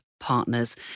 partners